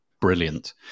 brilliant